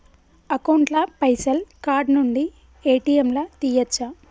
Account ల పైసల్ card నుండి ఏ.టి.ఎమ్ లా తియ్యచ్చా?